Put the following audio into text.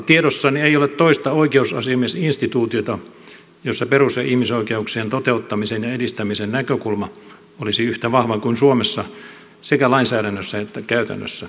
tiedossani ei ole toista oikeusasiamiesinstituutiota jossa perus ja ihmisoikeuksien toteuttamisen ja edistämisen näkökulma olisi yhtä vahva kuin suomessa sekä lainsäädännössä että käytännössä